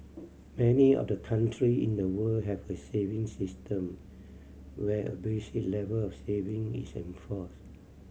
many of the country in the world have a savings system where a basic level of saving is enforced